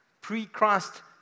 pre-Christ